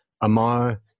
Amar